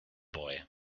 boy